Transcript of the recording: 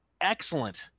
excellent